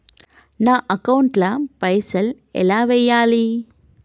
నా అకౌంట్ ల పైసల్ ఎలా వేయాలి?